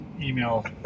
email